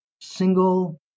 single